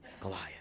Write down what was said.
Goliath